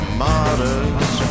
martyrs